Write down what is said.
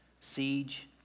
siege